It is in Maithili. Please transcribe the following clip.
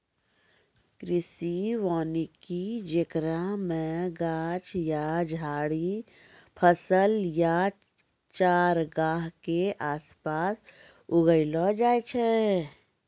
कृषि वानिकी जेकरा मे गाछ या झाड़ि फसल या चारगाह के आसपास उगैलो जाय छै